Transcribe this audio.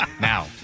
now